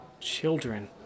Children